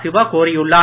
சிவா கோரியுள்ளார்